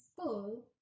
school